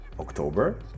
October